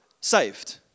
saved